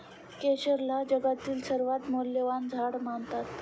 केशरला जगातील सर्वात मौल्यवान झाड मानतात